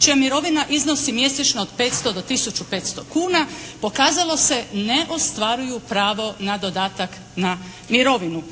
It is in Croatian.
čija mirovina iznosi mjesečno od petsto do tisuću i petsto kuna, pokazalo se, ne ostvaruju pravo na dodatak na mirovinu.